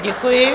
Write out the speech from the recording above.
Děkuji.